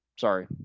Sorry